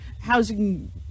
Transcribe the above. housing